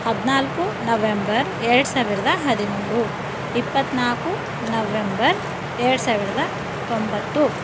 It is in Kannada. ಹದಿನಾಲ್ಕು ನವೆಂಬರ್ ಎರಡು ಸಾವಿರದ ಹದಿಮೂರು ಇಪ್ಪತ್ನಾಲ್ಕು ನವೆಂಬರ್ ಎರಡು ಸಾವಿರದ ತೊಂಬತ್ತು